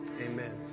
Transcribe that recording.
Amen